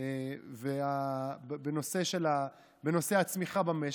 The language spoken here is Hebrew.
בנושא הצמיחה במשק,